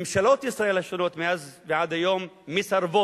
ממשלות ישראל השונות מאז ועד היום מסרבות